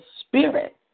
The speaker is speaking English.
spirit